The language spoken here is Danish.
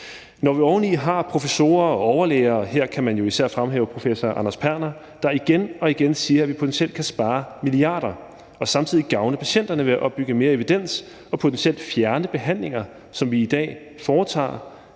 Når vi oven i det har professorer og overlæger – og her kan man jo især fremhæve professor Anders Perner – der igen og igen siger, at vi potentielt kan spare milliarder og samtidig gavne patienterne ved at opbygge mere evidens og potentielt fjerne behandlinger, som vi i dag foretager,